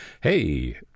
hey